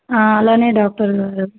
అలానే డాక్టర్ గారు